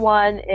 one